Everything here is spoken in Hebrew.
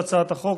על הצעת החוק,